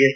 S